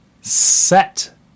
set